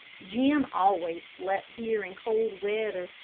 jim always slept here in cold weather,